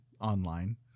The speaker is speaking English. online